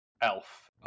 Elf